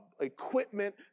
equipment